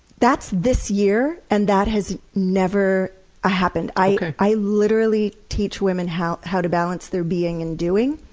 that's this year, and that has never ah happened. i literally teach women how how to balance their being and doing,